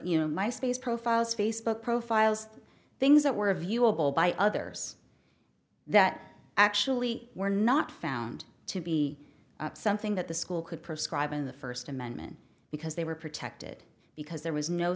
you know my space profiles facebook profiles things that were viewable by others that actually were not found to be something that the school could prescribe in the first amendment because they were protected because there was no